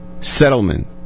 settlement